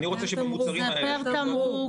אני רוצה שבמוצרים האלה --- זה פר תמרוק.